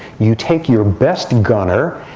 you take your best gunner.